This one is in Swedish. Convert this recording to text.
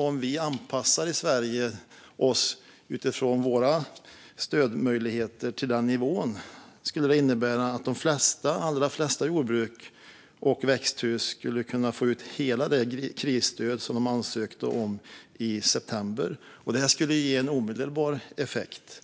Om vi i Sverige skulle anpassa våra stödmöjligheter till den höjda nivån skulle det, om jag har fattat rätt, innebära att de allra flesta jordbruk och växthus skulle kunna få ut hela det krisstöd som de ansökte om i september. Det skulle ge en omedelbar effekt.